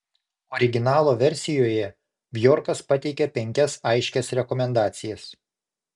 originalo versijoje bjorkas pateikia penkias aiškias rekomendacijas